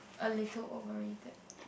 a little overrated